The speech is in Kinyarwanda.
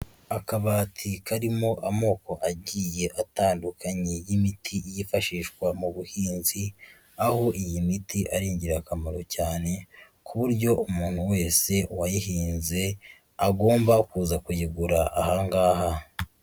Akabati karimo amoko agiye atandukanye y'imiti yifashishwa mu buhinzi, aho iyi miti ari ingirakamaro cyane ku buryo umuntu wese wayihinze agomba kuza kuyigura aha ngaha.